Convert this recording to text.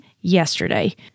yesterday